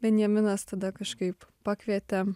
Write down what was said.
benjaminas tada kažkaip pakvietė